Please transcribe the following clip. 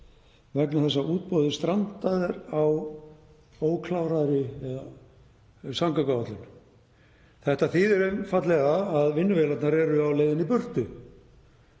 vegna þess að útboðið strandar á ókláraðri samgönguáætlun. Þetta þýðir einfaldlega að vinnuvélarnar eru á leiðinni í burtu